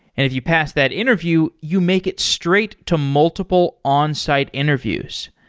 if you pass that interview, you make it straight to multiple on-site interviews.